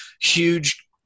huge